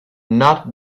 not